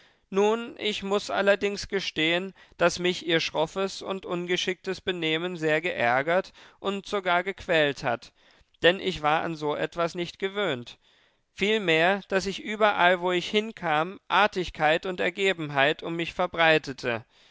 nun ich muß allerdings gestehen daß mich ihr schroffes und ungeschicktes benehmen sehr geärgert und sogar gequält hat denn ich war an so etwas nicht gewöhnt vielmehr daß ich überall wo ich hinkam artigkeit und ergebenheit um mich verbreitete